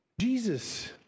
Jesus